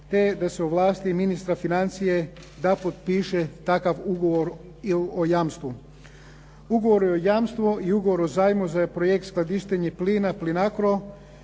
te da se ovlasti ministra financija da potpiše takav ugovor o jamstvu. Ugovor o jamstvu i ugovor o zajmu za projekt skladištenja plina Plinacro